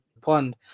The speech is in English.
pond